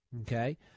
Okay